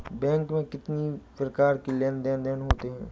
Bank में कितनी प्रकार के लेन देन देन होते हैं?